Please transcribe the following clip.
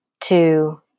two